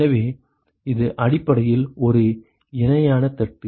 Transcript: எனவே இது அடிப்படையில் ஒரு இணையான தட்டு